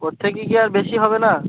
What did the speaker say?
ওর থেকে কি আর বেশি হবে না